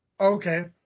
okay